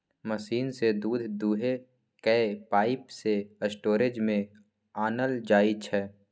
machine सँ दुध दुहि कए पाइप सँ स्टोरेज मे आनल जाइ छै